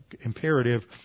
imperative